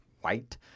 white